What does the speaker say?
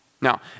Now